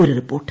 ഒരു റിപ്പോർട്ട്